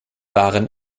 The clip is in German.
waren